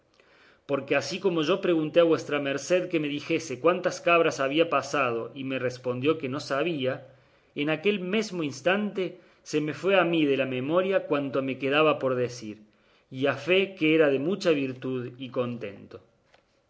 porque así como yo pregunté a vuestra merced que me dijese cuántas cabras habían pasado y me respondió que no sabía en aquel mesmo instante se me fue a mí de la memoria cuanto me quedaba por decir y a fe que era de mucha virtud y contento